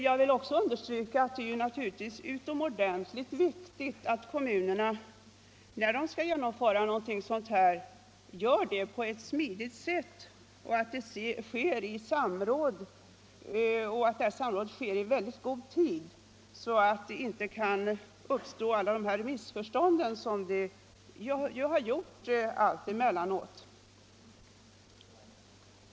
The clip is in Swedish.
Jag vill också understryka att det är utomordentligt viktigt att kommunerna genomför trafikomläggningar på ett smidigt sätt och att dessa föregås av samråd i god tid med berörda intressenter så att inte en mängd missförstånd uppstår, vilket har hänt emellanåt.